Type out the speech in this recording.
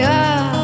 up